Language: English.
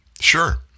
Sure